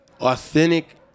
authentic